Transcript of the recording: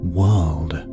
world